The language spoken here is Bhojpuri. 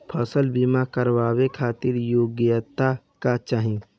फसल बीमा करावे खातिर योग्यता का चाही?